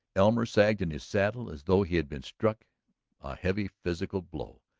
elmer sagged in his saddle as though he had been struck a heavy physical blow.